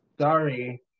Sorry